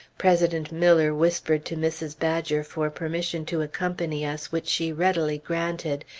president miller whispered to mrs. badger for permission to accompany us, which she readily granted,